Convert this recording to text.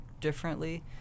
differently